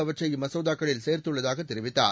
அவற்றை இம்மசோதாக்களில் சேர்த்துள்ளதாக தெரிவித்தார்